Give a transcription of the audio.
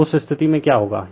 तो उस स्थिति में क्या होगा